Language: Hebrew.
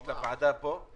לקבוע בסעיף יותר מאוחר,